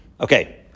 Okay